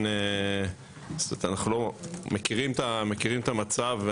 אנחנו מכירים את המצב,